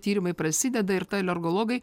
tyrimai prasideda ir alergologai